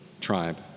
tribe